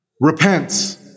repent